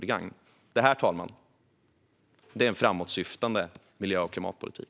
Detta, herr talman, är en framåtsyftande miljö och klimatpolitik.